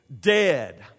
dead